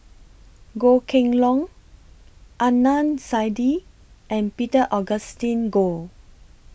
Goh Kheng Long Adnan Saidi and Peter Augustine Goh